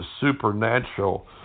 supernatural